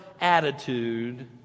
attitude